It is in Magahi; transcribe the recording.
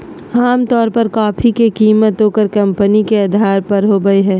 आमतौर पर कॉफी के कीमत ओकर कंपनी के अधार पर होबय हइ